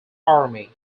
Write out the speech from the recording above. army